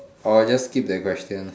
orh just skip that question